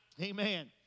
Amen